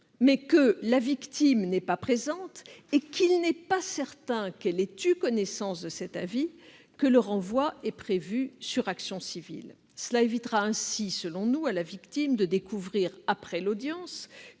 mais que celle-ci n'est pas présente et qu'il n'est pas certain qu'elle ait eu connaissance de cet avis que le renvoi de l'affaire sur l'action civile est prévu. Cela évitera ainsi, selon nous, à la victime de découvrir après l'audience